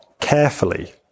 carefully